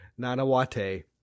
Nanawate